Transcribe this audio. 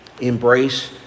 Embrace